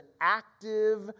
active